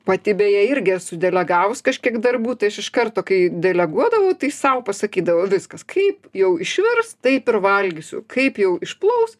pati beje irgi esu delegavus kažkiek darbų tai aš iš karto kai deleguodavau tai sau pasakydavau viskas kaip jau išvirs taip ir valgysiu kaip jau išplaus